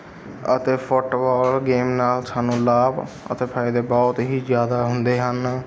ਅਤੇ football game ਨਾਲ ਸਾਨੂੰ ਲਾਭ ਅਤੇ ਫਾਇਦੇ ਬਹੁਤ ਹੀ ਜ਼ਿਆਦਾ ਹੁੰਦੇ ਹਨ